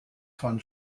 von